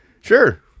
Sure